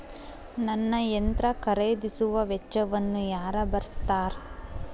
ನನ್ನ ಯಂತ್ರ ಖರೇದಿಸುವ ವೆಚ್ಚವನ್ನು ಯಾರ ಭರ್ಸತಾರ್?